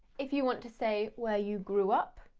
if you want to say where you grew up,